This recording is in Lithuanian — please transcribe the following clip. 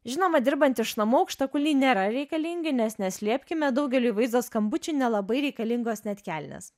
žinoma dirbant iš namų aukštakulniai nėra reikalingi nes neslėpkime daugeliui vaizdo skambučių nelabai reikalingos net kelnės